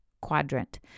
quadrant